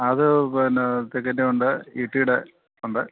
അത് പിന്നെ ഉണ്ട് ഈട്ടിയുടെ ഉണ്ട്